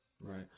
right